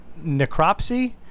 necropsy